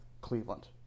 cleveland